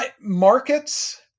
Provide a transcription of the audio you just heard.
Markets